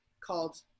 called